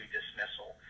dismissal